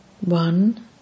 one